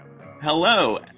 Hello